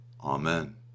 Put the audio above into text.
Amen